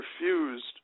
refused